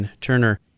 Turner